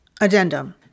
Addendum